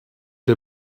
der